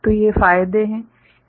तो ये फायदे हैं